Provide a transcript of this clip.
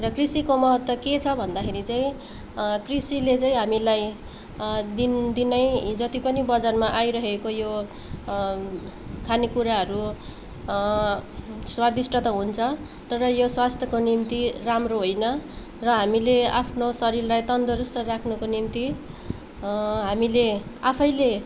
र कृषिको महत्त्व के छ भन्दाखेरि चाहिँ कृषिले चाहिँ हामीलाई दिनदिनै जति पनि बजारमा आइरहेको यो खाने कुराहरू स्वादिस्ट त हुन्छ तर यो स्वास्थको निम्ति राम्रो होइन र हामीले आफ्नो शरीरलाई तन्दरुस्त राख्नुको निम्ति हामीले आफैले